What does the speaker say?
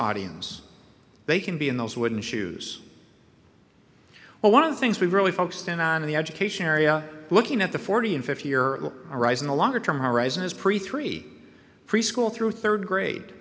audience they can be in those wooden shoes well one of the things we've really focused in on the education area looking at the forty and fifty year rise in the longer term horizon is pre treat preschool through third grade